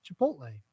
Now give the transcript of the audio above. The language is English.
Chipotle